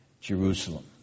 Jerusalem